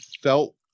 felt